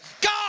God